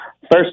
first